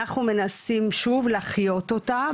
אנחנו מנסים שוב להחיות אותה,